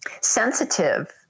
sensitive